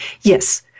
Yes